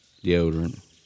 deodorant